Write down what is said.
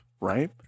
right